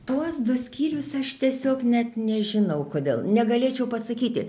tuos du skyrius aš tiesiog net nežinau kodėl negalėčiau pasakyti